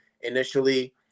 initially